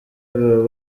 baba